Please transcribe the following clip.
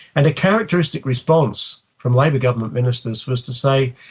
and a characteristic response from labour government ministers was to say,